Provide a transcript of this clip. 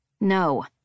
No